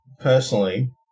personally